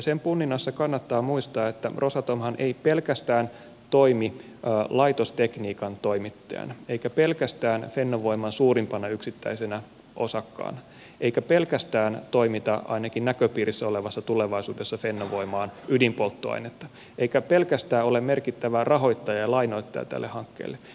sen punninnassa kannattaa muistaa että rosatomhan ei pelkästään toimi laitostekniikan toimittajana eikä pelkästään fennovoiman suurimpana yksittäisenä osakkaana eikä pelkästään toimita ainakin näköpiirissä olevassa tulevaisuudessa fennovoimaan ydinpolttoainetta eikä pelkästään ole merkittävä rahoittaja ja lainoittaja tälle hankkeelle